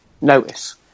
notice